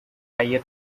higher